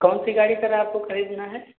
कौन सी गाड़ी सर आपको खरीदना है